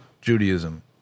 Judaism